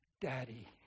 Daddy